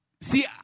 See